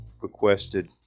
requested